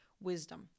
wisdom